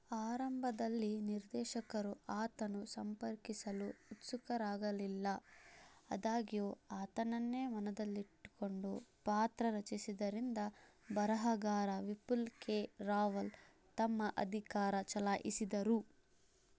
ಆರಂಭದಲ್ಲಿ ನಿರ್ದೇಶಕರು ಆತನ ಸಂಪರ್ಕಿಸಲು ಉತ್ಸುಕರಾಗಲಿಲ್ಲ ಆದಾಗ್ಯೂ ಆತನನ್ನೇ ಮನದಲ್ಲಿಟ್ಟುಕೊಂಡು ಪಾತ್ರ ರಚಿಸಿದ್ದರಿಂದ ಬರಹಗಾರ ವಿಪುಲ್ ಕೆ ರಾವಲ್ ತಮ್ಮ ಅಧಿಕಾರ ಚಲಾಯಿಸಿದರು